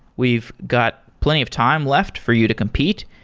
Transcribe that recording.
we've got plenty of time left for you to compete,